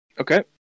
Okay